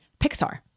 Pixar